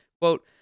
Quote